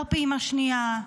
לא פעימה שנייה.